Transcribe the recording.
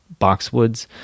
boxwoods